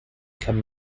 come